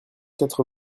quatre